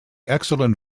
excellent